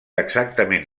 exactament